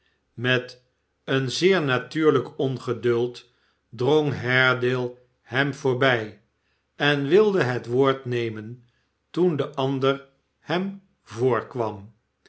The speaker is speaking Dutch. met een zeer natuurlijk ongeduld drong haredale hem voorbij en wilde het woord nemen toen de ander hem